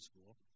school